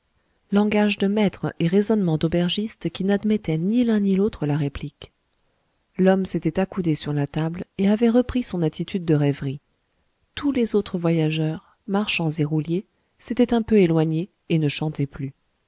langage de maître et raisonnement d'aubergiste qui n'admettaient ni l'un ni l'autre la réplique l'homme s'était accoudé sur la table et avait repris son attitude de rêverie tous les autres voyageurs marchands et rouliers s'étaient un peu éloignés et ne chantaient plus